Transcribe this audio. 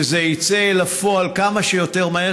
שזה יצא לפועל כמה שיותר מהר,